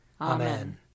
Amen